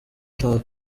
itabi